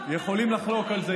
אנחנו יכולים לחלוק על זה,